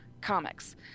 comics